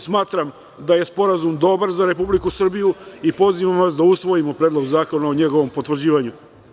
Smatram da je sporazum dobar za Republiku Srbiju i pozivam vas da usvojimo predlog zakona o njegovom potvrđivanju.